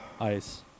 ice